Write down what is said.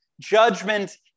Judgment